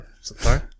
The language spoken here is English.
sorry